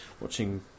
watching